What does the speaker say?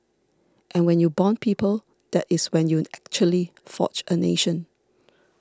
and when you bond people that is when you actually forge a nation